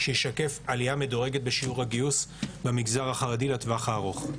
שישקף עלייה מדורגת בשיעור הגיוס במגזר החרדי לטווח הארוך.